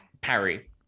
Parry